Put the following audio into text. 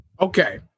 okay